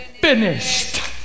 Finished